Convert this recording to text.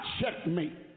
checkmate